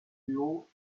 duo